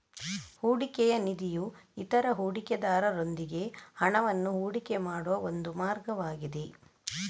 ಹೂಡಿಕೆಯ ನಿಧಿಯು ಇತರ ಹೂಡಿಕೆದಾರರೊಂದಿಗೆ ಹಣವನ್ನು ಹೂಡಿಕೆ ಮಾಡುವ ಒಂದು ಮಾರ್ಗವಾಗಿದೆ